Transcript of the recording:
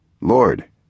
Lord